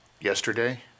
yesterday